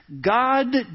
God